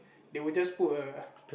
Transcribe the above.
they will just put a